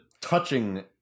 touching